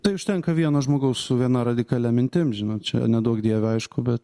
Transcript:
tai užtenka vieno žmogaus su viena radikalia mintim žinot čia neduok dieve aišku bet